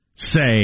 say